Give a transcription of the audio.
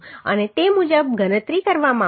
અને તે મુજબ ગણતરી કરવામાં આવશે